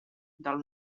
del